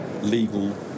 legal